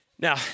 Now